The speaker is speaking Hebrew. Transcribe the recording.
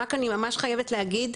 ורק אני ממש חייבת להגיד,